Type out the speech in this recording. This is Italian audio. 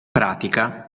pratica